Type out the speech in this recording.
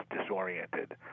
disoriented